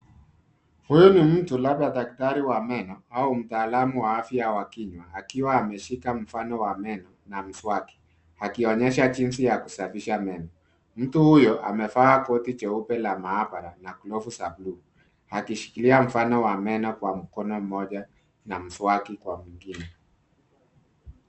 Huyu ni mtu , labda daktari wa meno au mtaalamu wa afya ya kinywa akiwa ameshika mfano wa meno na mswaki akionyesha jinsi ya kusafisha meno. Mtu huyo amevaa koti jeupe la maabara na glovu za bluu akishikilia mfano wa meno kwa mkono mmoja na mswaki kwa mwingine.